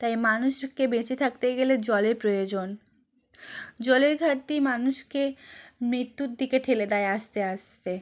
তাই মানুষকে বেঁচে থাকতে গেলে জলের প্রয়োজন জলের ঘাটতি মানুষকে মৃত্যুর দিকে ঠেলে দেয় আস্তে আস্তে